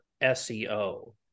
SEO